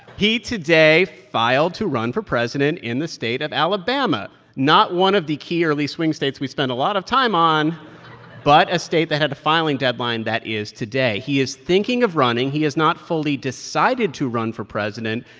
he, today, filed to run for president in the state of alabama not one of the key early swing states we spent a lot of time on but a state that had a filing deadline that is today. he is thinking of running. he has not fully decided to run for president.